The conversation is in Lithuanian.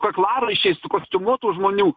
kaklaraiščiais kostiumuotų žmonių